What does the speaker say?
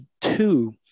two